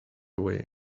away